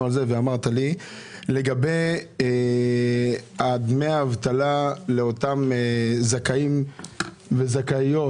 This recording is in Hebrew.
לגבי דמי האבטלה לאותם זכאים וזכאיות,